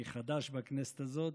אני חדש בכנסת הזאת,